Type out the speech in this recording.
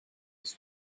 his